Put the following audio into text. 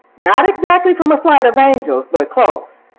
not exactly from a flight of angels, but close.